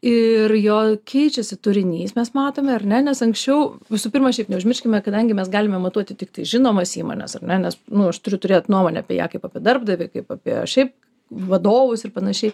ir jo keičiasi turinys mes matome ar ne nes anksčiau visų pirma šiaip neužmirškime kadangi mes galime matuoti tiktai žinomas įmones ar ne nes nu aš turiu turėt nuomonę apie ją kaip apie darbdavį kaip apie šiaip vadovus ir panašiai